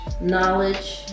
knowledge